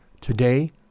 today